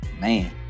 Man